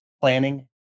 planning